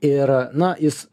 ir na jis